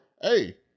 Hey